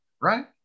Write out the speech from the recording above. right